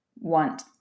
want